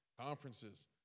conferences